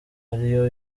ariyo